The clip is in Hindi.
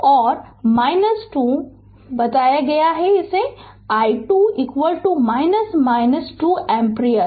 तो और i2 बताया कि i2 2 एम्पीयर